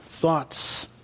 thoughts